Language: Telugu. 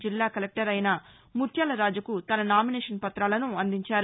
జిల్లా కలెక్టర్ అయిన ముత్యాలరాజుకు తన నామినేషన్ పతాలను అందించారు